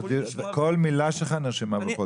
כל מילה שלך נרשמה בפרוטוקול.